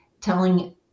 telling